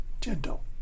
Gentle